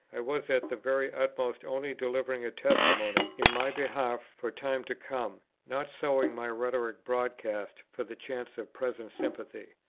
i was at the very utmost only delivering a testimony in my behalf for time to come, not sowing my rhetoric broadcast for the chance of present sympathy.